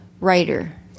writer